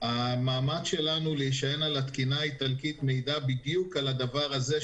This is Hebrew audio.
המאמץ שלנו להישען על התקינה האיטלקית מעיד בדיוק על הדבר הזה,